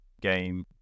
game